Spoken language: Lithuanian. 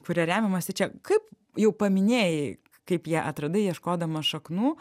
kuria remiamasi čia kaip jau paminėjai kaip ją atradai ieškodama šaknų